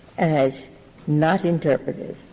as not interpretative,